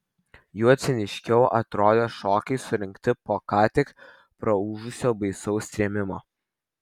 juo ciniškiau atrodė šokiai surengti po ką tik praūžusio baisaus trėmimo